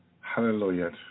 Hallelujah